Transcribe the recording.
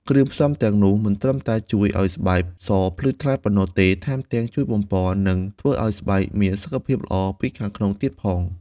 គ្រឿងផ្សំទាំងនោះមិនត្រឹមតែជួយឲ្យស្បែកសភ្លឺថ្លាប៉ុណ្ណោះទេ ថែមទាំងជួយបំប៉ន និងធ្វើឲ្យស្បែកមានសុខភាពល្អពីខាងក្នុងទៀតផង។